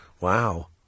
Wow